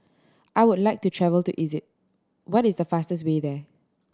I would like to travel to Egypt what is the fastest way there